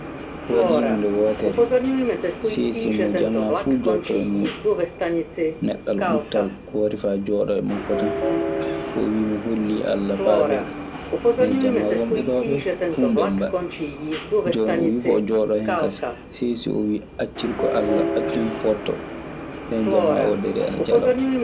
Waɗiino nde wootere, seesi mo jamaa fuu joɗotoo e muuɗun. Neɗɗal ɓuttal wari faa jooɗoo e makko tan, O wii "mi hollii Alla, paabee kan.". Nden jamaa wonɓe ɗon ɓee fuu mbembaa. Jooni o wii faa o jooɗoo e hen kasen, seesi oo wii " accir ko Alla, accu mi foottoo." Nden jamaa oo darii, ana jala mo.